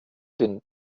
den